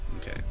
Okay